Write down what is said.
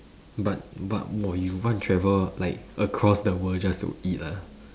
but but !wah! you want travel like across the world just to eat ah